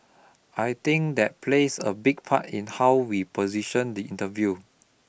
I think that plays a big part in how we position the interview